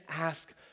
ask